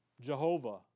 Jehovah